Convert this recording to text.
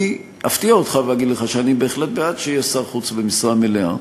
אני אפתיע אותך ואגיד לך שאני בהחלט בעד שיהיה שר חוץ במשרה מלאה,